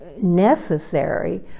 necessary